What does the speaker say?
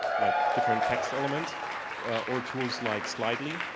like different text elements or tools like slidely,